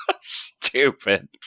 stupid